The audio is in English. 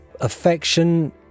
affection